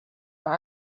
are